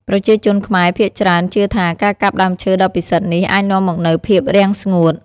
ប្រជាជនខ្មែរភាគច្រើនជឿថា ការកាប់ដើមឈើដ៏ពិសិដ្ឋនេះអាចនាំមកនូវភាពរាំងស្ងួត។